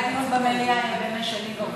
מה שאתם רוצים.